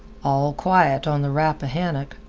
all quiet on the rappahannock,